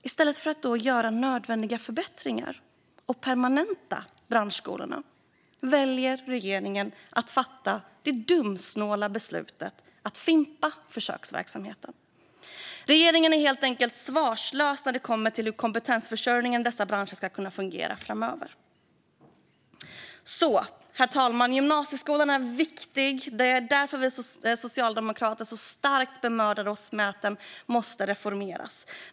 I stället för att då göra nödvändiga förbättringar och permanenta branschskolorna väljer regeringen att fatta det dumsnåla beslutet att fimpa försöksverksamheten. Regeringen är helt svarslös när det kommer till hur kompetensförsörjningen i dessa branscher ska kunna fungera framöver. Herr talman! Gymnasieskolan är viktig. Det är därför vi socialdemokrater starkt bemödar oss om att den måste reformeras.